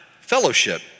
Fellowship